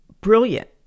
brilliant